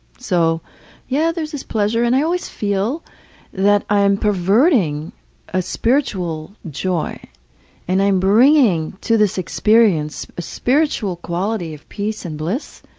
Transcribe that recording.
so yeah, there's this pleasure and i always feel that i'm perverting a spiritual joy and i'm bringing to this experience a spiritual quality of peace and bliss